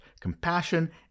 compassion